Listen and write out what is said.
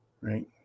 Right